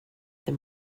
then